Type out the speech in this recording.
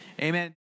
Amen